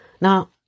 Now